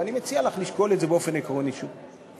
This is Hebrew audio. ואני מציע לך לשקול את זה באופן עקרוני שוב.